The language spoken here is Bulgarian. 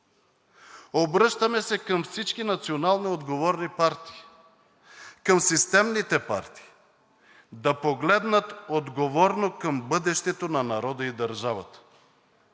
Обръщаме се към всички националноотговорни партии, към системните партии, да погледнат отговорно към бъдещето на народа и държавата,